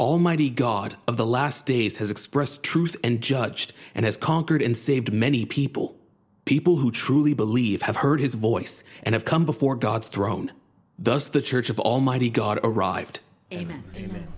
almighty god of the last days has expressed truth and judged and has conquered and saved many people people who truly believe have heard his voice and have come before god's throne thus the church of almighty god arrived